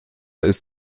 ist